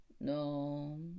no